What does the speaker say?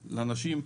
לאנשים,